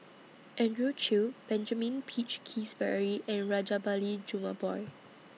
Andrew Chew Benjamin Peach Keasberry and Rajabali Jumabhoy